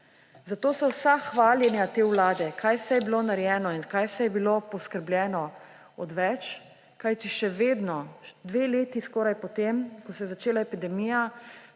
Zato so vsa hvaljenja te vlade, kaj vse je bilo narejeno in kaj vse je bilo poskrbljeno, odveč, kajti še vedno, dve leti skoraj, potem ko se je začela epidemija,